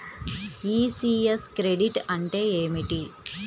ECS credit అంటే ఏమిటి?